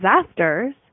disasters